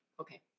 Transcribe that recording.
Okay